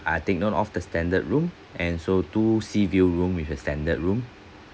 I take note of the standard room and so two sea view room with a standard room